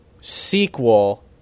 sequel